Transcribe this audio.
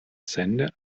sende